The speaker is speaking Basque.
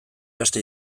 beste